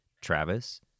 Travis